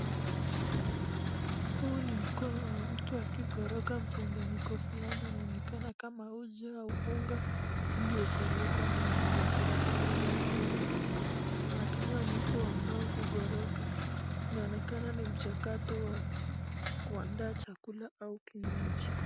Huu ni mkono wa mtu akikoroka mchanganyiko fulani inaonekana kama uchi au unga iliokorogwa ndani ya bakuli kubwa la chuma. Anatumia mwigo ambayo ni kugoroka. Inaonekana ni mchakato wa kuandaa chakula au kinywaji.